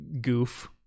goof